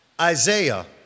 Isaiah